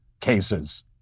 cases